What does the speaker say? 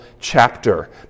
chapter